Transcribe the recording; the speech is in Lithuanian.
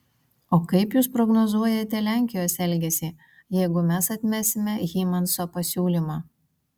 o kaip jūs prognozuojate lenkijos elgesį jeigu mes atmesime hymanso pasiūlymą